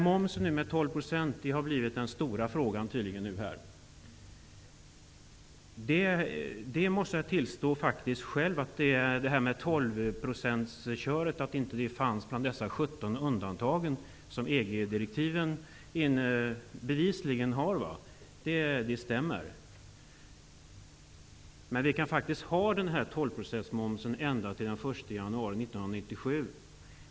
Momssatsen 12 % har tydligen nu blivit den stora frågan. Jag måste tillstå att det är riktigt att den 12 undantag som EG-direktiven bevisligen innehåller. Vi kan dock ha 12 % moms ända fram till den 1 januari 1997.